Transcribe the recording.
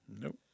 Nope